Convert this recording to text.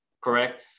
correct